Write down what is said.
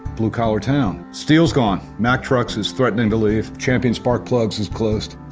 blue collar town. steel's gone. mack trucks is threatening to leave. champion spark plugs is closed.